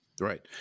Right